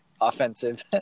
offensive